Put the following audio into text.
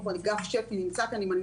גם אנחנו